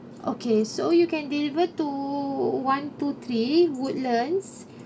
okay so you can deliver to one two three woodlands